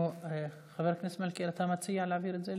חבר הכנסת מלכיאלי, אתה מציע להעביר את זה,